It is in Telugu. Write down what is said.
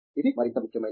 ఇది మరింత ముఖ్యమైనది